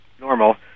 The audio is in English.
normal